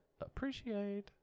appreciate